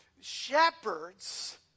Shepherds